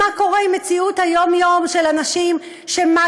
מה קורה עם מציאות היום-יום של אנשים שמה